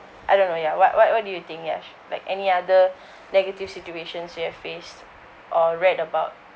I don't know ya what what what do you think Yash like any other negative situations you have faced or read about